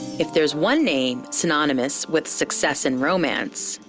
if there's one name synonymous with success in romance,